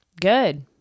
Good